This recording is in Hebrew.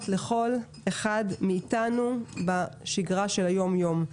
לכל אחד מאיתנו בשגרה של היום יום.